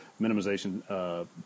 minimization